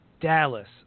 Dallas